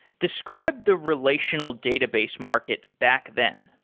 describe the relational database market back then.